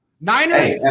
Niners